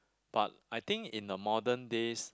but I think in the modern days